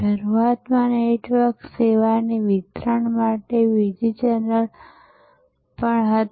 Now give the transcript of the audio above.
શરૂઆતમાં નેટવર્ક સેવાની વિતરણ માટે બીજી ચેનલ હતી